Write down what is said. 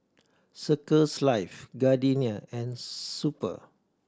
Circles Life Gardenia and Super